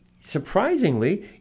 surprisingly